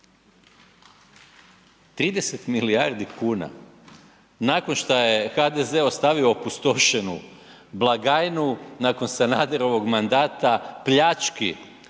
30 milijardi kuna nakon što je HDZ ostavio opustošenu blagajnu, nakon Sanaderovog mandata pljački